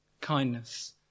kindness